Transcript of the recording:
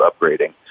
upgrading